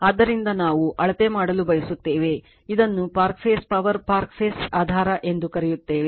ಆದ್ದರಿಂದ ನಾವು ಅಳತೆ ಮಾಡಲು ಬಯಸುತ್ತೇವೆ ಇದನ್ನು park phase power park phase ಆಧಾರ ಎಂದು ಕರೆಯುತ್ತೇವೆ